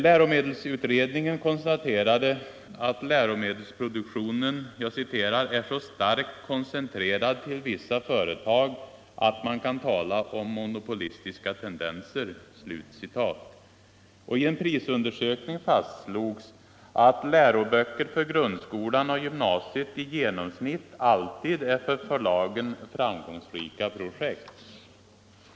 Läromedelsutredningen konstaterade att läromedelsproduktionen ”är så starkt koncentrerad till vissa företag att man kan tala om monopolistiska tendenser”. I en prisundersökning fastslogs att ”läroböcker för grundskolan och gymnasiet i genomsnitt alltid är för förlagen framgångsrika projekt”.